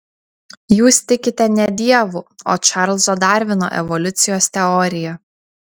jūs tikite ne dievu o čarlzo darvino evoliucijos teorija